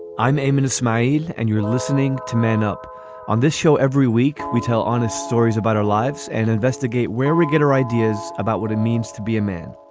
i'm a minutes made and you're listening to man up on this show every week. we tell honest stories about our lives and investigate where we get our ideas about what it means to be a man